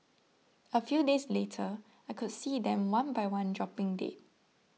a few days later I could see them one by one dropping dead